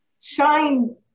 shine